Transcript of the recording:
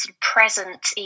present